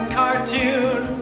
cartoon